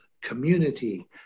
community